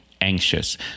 Anxious